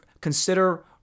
consider